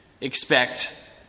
Expect